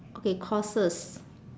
okay courses